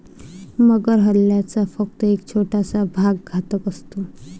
मगर हल्ल्याचा फक्त एक छोटासा भाग घातक असतो